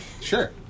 Sure